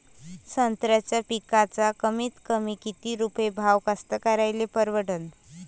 संत्र्याचा पिकाचा कमीतकमी किती रुपये भाव कास्तकाराइले परवडन?